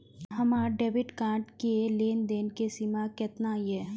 हमार debit card के लेन देन के सीमा केतना ये?